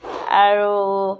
আৰু